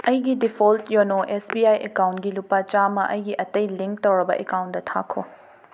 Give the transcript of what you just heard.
ꯑꯩꯒꯤ ꯗꯤꯐꯣꯜꯠ ꯌꯣꯅꯣ S B I ꯑꯦꯀꯥꯎꯟꯒꯤ ꯂꯨꯄꯥ ꯆꯥꯃ ꯑꯩꯒꯤ ꯑꯇꯩ ꯂꯤꯡꯛ ꯇꯧꯔꯕ ꯑꯦꯀꯥꯎꯟꯗ ꯊꯥꯈꯣ